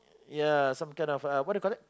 ya some kind of uh what do you call that